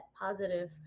positive